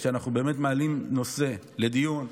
כשאנחנו מעלים נושא לדיון,